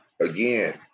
Again